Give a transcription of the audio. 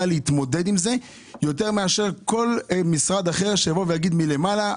להתמודד עם זה יותר מאשר כל משרד אחר שיבוא מלמעלה.